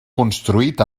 construït